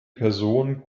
person